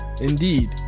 Indeed